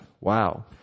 Wow